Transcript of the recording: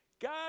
God